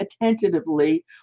attentively